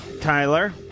Tyler